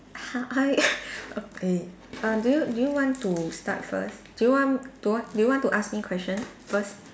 I eh uh do you do you want to start first do you want do you want do you want to ask me question first